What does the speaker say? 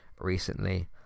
recently